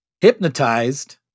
Hypnotized